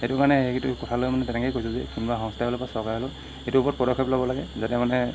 সেইটো কাৰণে সেইটো কথালৈ মানে তেনেকৈয়ে কৈছোঁ যে কোনোবা সংস্থাই হ'লেও বা চৰকাৰে হ'লেও সেইটো ওপৰত পদক্ষেপ ল'ব লাগে যাতে মানে